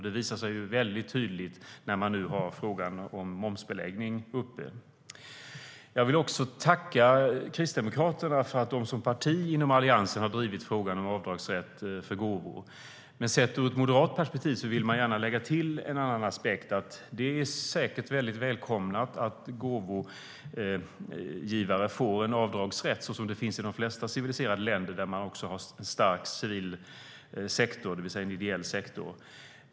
Det visar sig väldigt tydligt när man nu har frågan om momsbeläggning uppe. Jag vill också tacka Kristdemokraterna för att de som parti inom Alliansen har drivit frågan om avdragsrätt för gåvor. Men sett ur ett moderat perspektiv vill jag gärna lägga till en annan aspekt. Det är säkert välkommet att gåvogivare får en avdragsrätt, såsom det finns i de flesta civiliserade länder som har en stark civil sektor, det vill säga ideell sektor.